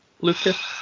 Lucas